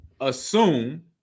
assume